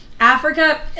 Africa